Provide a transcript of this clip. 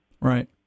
Right